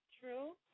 true